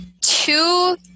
two